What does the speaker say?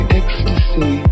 ecstasy